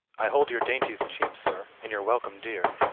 i hold your dainties cheap, sir, and your welcome dear.